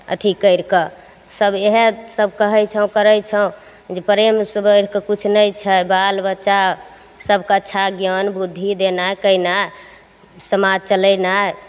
अथी करिके सभ इएहसब कहै छौँ करै छौँ जे प्रेमसे बढ़िके किछु नहि छै बालबच्चा सभके अच्छा ज्ञान बुद्धि देनाइ कएनाइ समाज चलेनाइ सब